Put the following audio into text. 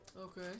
Okay